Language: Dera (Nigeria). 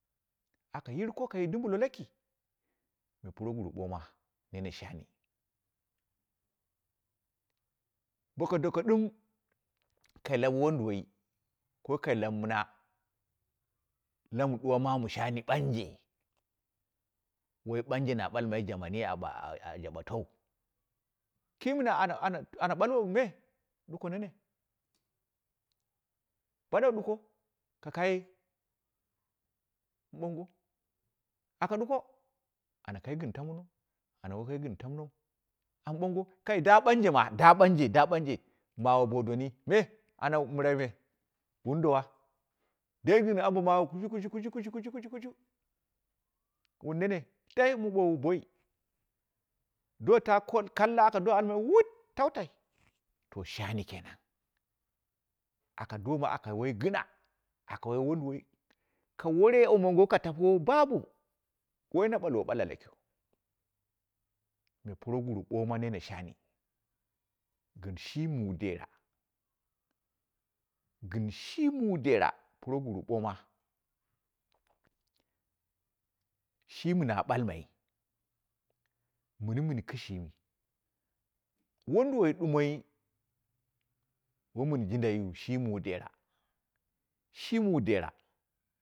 Aka yirko kaye dumbillo laki me proguru ɓomo nene shani, boka doko ɗin kai lau wonduwai, ko kai lau mɨna, lama duwa mamu shai buiji bo wai ɓanje na bomai jemanyi a ɓa a jaɓatau, kima ana ana balwo me ɗuko nene, baɗau ɗukko ka kaye mongo, aka duko ana kai gɨn tamno, ana wakai gɨn tuwnou, am bongo kai daa janje ma daa ɓanje, da bansi mawo bo doni me ama mɨraime wun duwo dai gɨn ambo mawu kushu kushu kushu kushu, wun nene dai mu mowu boi, do ta koni kallu akado almai wuti tantai, zo shani kenen aka doma aka wai gɨna, aka wai wuduwai ka ware womango ka tako bubu waina balwo balau, me proguru boma nene shani, bo shi mu dera, gɨn shi muu dere, proguru ɓoma. Shimi na ɓalmai, mini mɨn kishimi wonduwai duwoi womun dindaiwu, shi mu dera shi muu dera.